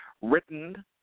written –